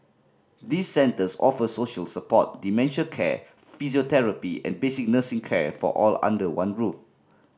these centres offer social support dementia care physiotherapy and basic nursing care for all under one roof